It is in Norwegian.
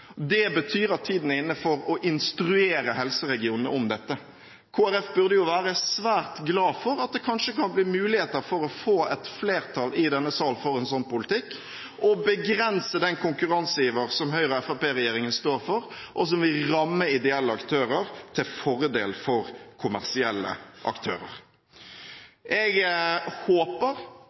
Det betyr at tiden er inne for å instruere helseregionene om dette. Kristelig Folkeparti burde vært svært glad for at det kanskje kan bli muligheter for å få et flertall i denne sal for en sånn politikk og begrense den konkurranseiver som Høyre–Fremskrittsparti-regjeringen står for, som vil ramme ideelle aktører til fordel for kommersielle aktører. Jeg håper